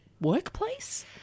workplace